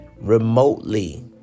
remotely